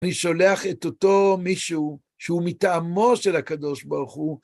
אני שולח את אותו מישהו, שהוא מטעמו של הקדוש ברוך הוא.